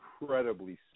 incredibly